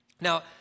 Now